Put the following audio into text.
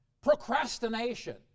procrastination